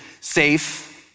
safe